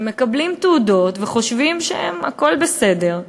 שמקבלים תעודות וחושבים שהכול בסדר,